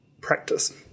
practice